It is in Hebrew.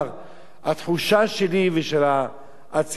התחושה שלי ושל הציבור שלנו,